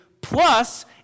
plus